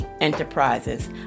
Enterprises